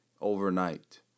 overnight